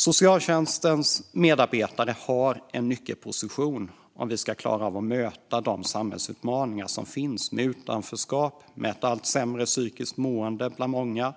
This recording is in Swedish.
Socialtjänstens medarbetare har en nyckelposition om vi ska klara av att möta de samhällsutmaningar som finns med utanförskap och ett allt sämre psykiskt mående bland många,